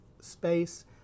space